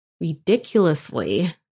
ridiculously